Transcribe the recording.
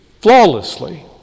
flawlessly